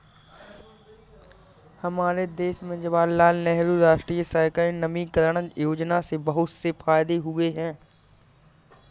हमारे देश में जवाहरलाल नेहरू राष्ट्रीय शहरी नवीकरण योजना से बहुत से फायदे हुए हैं